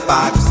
Box